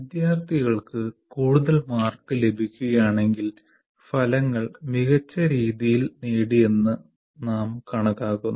വിദ്യാർത്ഥികൾക്ക് കൂടുതൽ മാർക്ക് ലഭിക്കുകയാണെങ്കിൽ ഫലങ്ങൾ മികച്ച രീതിയിൽ നേടിയെന്ന് നാം കണക്കാക്കുന്നു